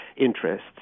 interests